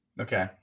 Okay